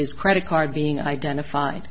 his credit card being identified